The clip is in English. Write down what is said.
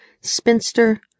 spinster